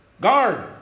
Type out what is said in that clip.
Guard